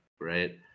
right